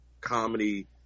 comedy